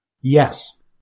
Yes